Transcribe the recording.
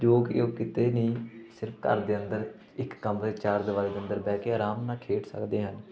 ਜੋ ਕਿ ਉਹ ਕਿਤੇ ਨਹੀਂ ਸਿਰਫ ਘਰ ਦੇ ਅੰਦਰ ਇੱਕ ਕਮਰੇ ਚਾਰ ਦੀਵਾਰੀ ਦੇ ਅੰਦਰ ਬਹਿ ਕੇ ਆਰਾਮ ਨਾਲ ਖੇਡ ਸਕਦੇ ਹਨ